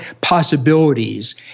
possibilities